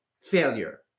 failure